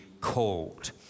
called